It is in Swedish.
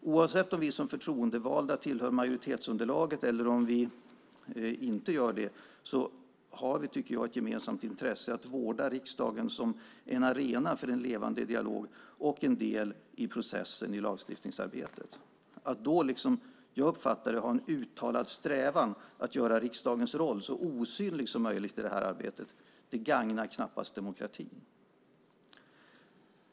Oavsett om vi som förtroendevalda tillhör majoritetsunderlaget eller om vi inte gör det har vi ett gemensamt intresse att vårda riksdagen som en arena för en levande dialog och en del i processen i lagstiftningsarbetet. Att då, som jag uppfattar det, ha en uttalad strävan att göra riksdagens roll så osynlig som möjligt i detta arbete gagnar knappast demokratin.